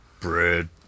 Bread